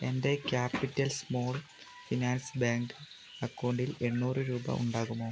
എൻ്റെ capital small finance bank അക്കൗണ്ടിൽ എണ്ണൂറ് രൂപ ഉണ്ടാകുമോ